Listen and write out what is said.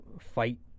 fight